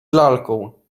lalką